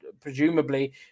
presumably